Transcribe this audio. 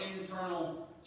internal